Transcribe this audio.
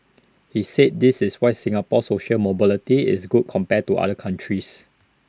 he said this is why Singapore's social mobility is good compared to other countries